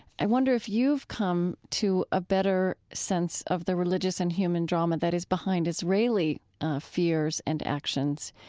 i wonder if you've come to a better sense of the religious and human drama that is behind israeli fears and actions?